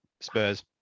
Spurs